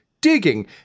digging